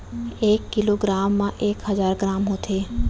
एक kilo gram मा एक हजार ग्राम होथे